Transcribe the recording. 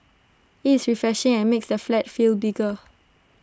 IT is refreshing and makes the flat feel bigger